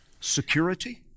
security